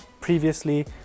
previously